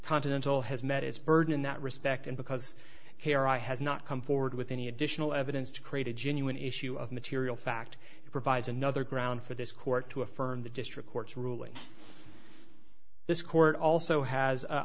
continental has met its burden in that respect and because kara has not come forward with any additional evidence to create a genuine issue of material fact it provides another ground for this court to affirm the district court's ruling this court also has a